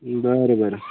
बरं बरं